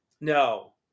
No